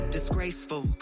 Disgraceful